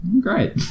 Great